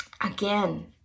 again